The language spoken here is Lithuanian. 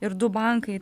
ir du bankai